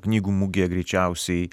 knygų mugėje greičiausiai